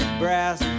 brass